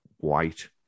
white